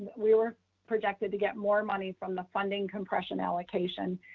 we were projected to get more money from the funding compression allocation.